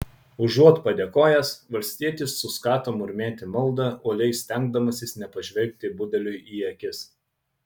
užuot padėkojęs valstietis suskato murmėti maldą uoliai stengdamasis nepažvelgti budeliui į akis